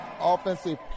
Offensive